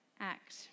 act